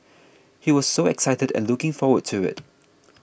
he was so excited and looking forward to it